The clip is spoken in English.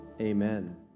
amen